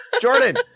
Jordan